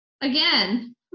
again